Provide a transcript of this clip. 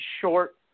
short